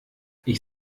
ich